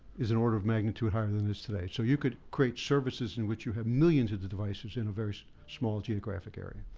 is an order of magnitude higher than it is today. so you could create services in which you have millions of devices in a very small geographic area.